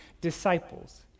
disciples